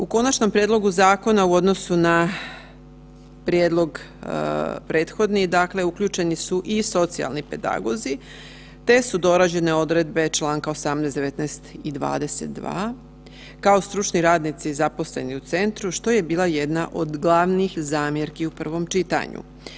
U konačnom prijedlogu zakona u odnosu na prijedlog prethodni dakle uključeni su i socijalni pedagozi te su dorađene odredbe članka 18., 19. i 22. kao stručni radnici zaposleni u centru što je bila jedna od glavnih zamjerki u prvom čitanju.